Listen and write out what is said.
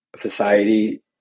society